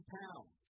pounds